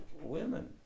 women